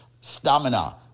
stamina